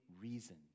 reason